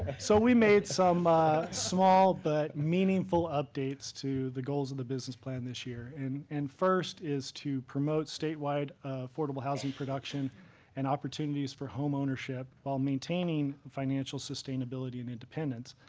so we made some small but meaningful updates to the goals of the business plan this year. and and first is to promote statewide affordable housing production and opportunities for home ownership while maintaining financial sustainability and independence.